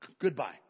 goodbye